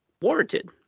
warranted